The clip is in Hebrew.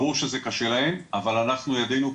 ברור שזה קשה להם, אבל אנחנו ידינו כבולות,